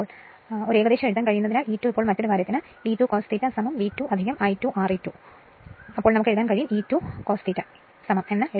ഇപ്പോൾ E2 നായി ഒരു ഏകദേശരൂപം എഴുതാൻ കഴിയുന്നതിനാൽ E2 ഇപ്പോൾ മറ്റൊരു കാര്യത്തിന് E2 cos V2 I2 Re2 എഴുതാൻ കഴിയും മാത്രമല്ല നമുക്ക് E2 cos ∂എന്ന്